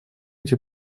эти